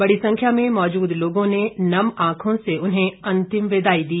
बड़ी संख्या में मौजूद लोगों ने नम आंखों से उन्हें अंतिम विदाई दी